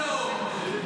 אתה לא נאור.